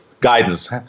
guidance